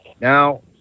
now